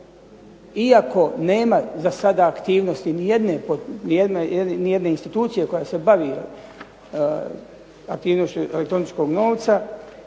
iako nema za sada aktivnosti nijedne institucije koja se bavi aktivnošću elektroničkog novca,